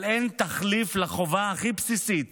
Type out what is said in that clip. אבל אין תחליף לחובה הכי בסיסית